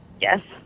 Yes